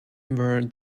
were